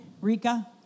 Rika